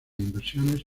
inversiones